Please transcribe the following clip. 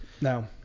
No